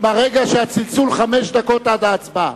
ולאחר הצלצול, חמש דקות עד ההצבעה.